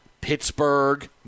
Pittsburgh